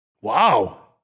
wow